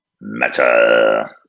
Matter